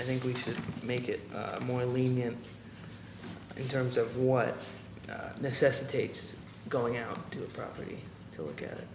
i think we should make it more lenient in terms of what necessitates going out to the property to look at it